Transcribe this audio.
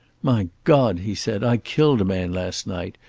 my god, he said, i killed a man last night!